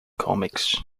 comics